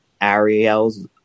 Ariel's